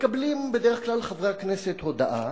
מקבלים בדרך כלל חברי הכנסת הודעה